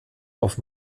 auf